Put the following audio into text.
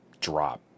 drop